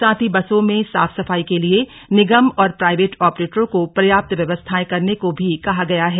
साथ ही बसों में साफ सफाई के लिए निगम और प्राईवेट ऑपरेटर को पर्याप्त व्यवस्थाए करने को भी कहा गया है